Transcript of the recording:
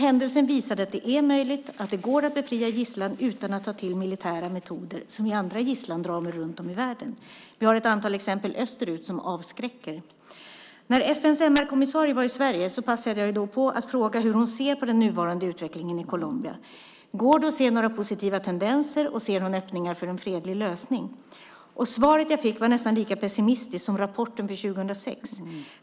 Händelsen visade att det är möjligt, att det går att befria gisslan utan att ta till militära metoder, som i andra gisslandramer runt om i världen. Vi har ett antal exempel österut som avskräcker. När FN:s MR-kommissarie var i Sverige passade jag på att fråga hur hon ser på den nuvarande utvecklingen i Colombia. Går det att se några positiva tendenser, och ser hon öppningar för en fredlig lösning? Svaret jag fick var nästan lika pessimistiskt som rapporten för 2006.